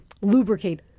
lubricate